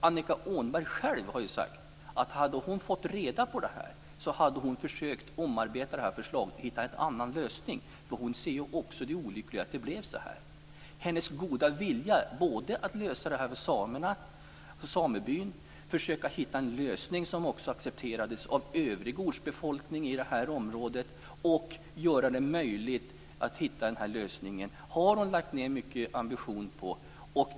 Annika Åhnberg själv har sagt att hade hon fått reda på det här skulle hon ha försökt omarbeta förslaget och hitta en annan lösning. Hon ser ju också det olyckliga i att det blev så här. Hennes goda vilja att lösa detta för samebyn, att försöka hitta en lösning som också accepterades av övrig ortsbefolkning i området och att göra det möjligt att hitta denna lösning har hon lagt ned mycket ambition på.